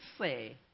say